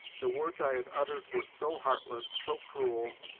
the words i had uttered were so heartless, so cruel,